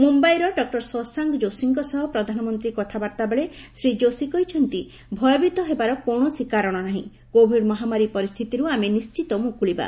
ମୁମ୍ୟାଇର ଡକ୍ଟର ଶଶାଙ୍କ ଯୋଶୀଙ୍କ ସହ ପ୍ରଧାନମନ୍ତ୍ରୀ କଥାବାର୍ତ୍ତା ବେଳେ ଶ୍ରୀ ଯୋଶୀ କହିଛନ୍ତି ଭୟଭୀତ ହେବାର କୌଣସି କାରଣ ନାହିଁ କୋଭିଡ ମହାମାରୀ ପରିସ୍ଥିତିରୁ ଆମେ ନିଶ୍ଚିତ ମୁକୁଳିବା